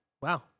Wow